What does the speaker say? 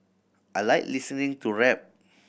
I like listening to rap